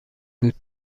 بود